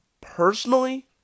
Personally